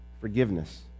forgiveness